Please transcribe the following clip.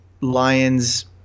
Lions